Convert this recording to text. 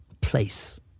place